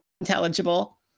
intelligible